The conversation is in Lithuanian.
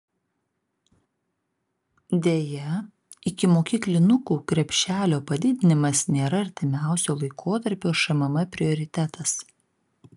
deja ikimokyklinukų krepšelio padidinimas nėra artimiausio laikotarpio šmm prioritetas